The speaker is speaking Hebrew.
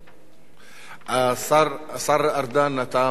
השר ארדן, אתה גם מוריד את ההסתייגות שלך?